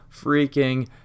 freaking